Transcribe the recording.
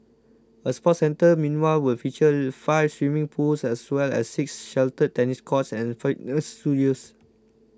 a sports centre meanwhile will feature five swimming pools as well as six sheltered tennis courts and fitness studios